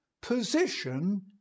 position